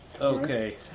Okay